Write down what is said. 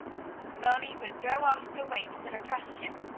moni would throw off the weight that oppressed him,